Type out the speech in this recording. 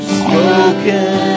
spoken